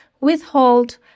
withhold